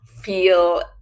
feel